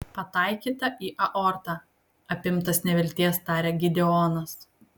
pataikyta į aortą apimtas nevilties tarė gideonas